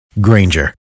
Granger